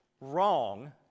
wrong